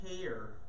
care